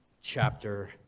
chapter